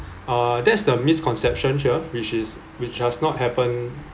uh that's the misconception here which is which does not happen